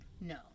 No